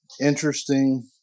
interesting